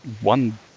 one